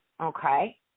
Okay